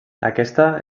aquesta